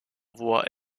voie